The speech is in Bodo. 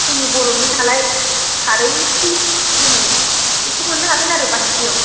जोंनि बर'निनालाय खारैहै जोङो इखौ मोननो हागोन आरो बाथिसेयाव